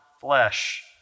flesh